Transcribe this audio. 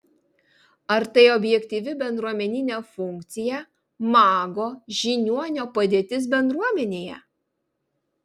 ar tai objektyvi bendruomeninė funkcija mago žiniuonio padėtis bendruomenėje